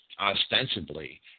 ostensibly